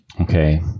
Okay